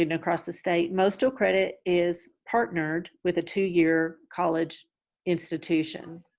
and across the state, most dual credit is partnered with a two-year college institution.